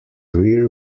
rear